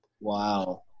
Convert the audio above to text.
wow